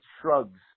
shrugs